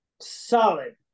solid